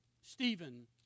Stephen